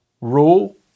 rule